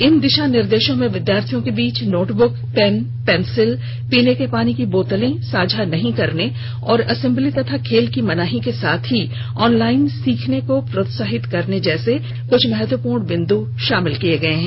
इन दिशा निर्देशों में विद्यार्थियों के बीच नोट बुक पेन पेंसिल पीने के पानी की बोतलें साझा नहीं करने और असेम्बली तथा खेल की मनाही के साथ ही ऑनलाइन सीखने को प्रोत्साहित करने जैसे कुछ महत्वपूर्ण बिंद् शामिल किए गए हैं